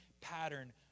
pattern